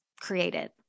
created